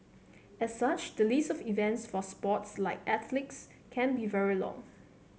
as such the list of events for sports like athletics can be very long